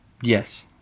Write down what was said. Yes